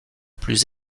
plus